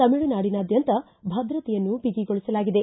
ತಮಿಳುನಾಡಿನಾದ್ಯಂತ ಭದ್ರತೆಯನ್ನು ಬಗಿಗೊಳಿಸಲಾಗಿದೆ